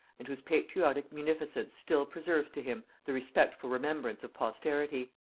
and whose patriotic munificence still preserves to him the respectful remembrance of posterity.